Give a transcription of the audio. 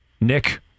Nick